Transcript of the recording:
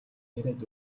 яриад